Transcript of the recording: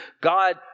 god